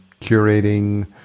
curating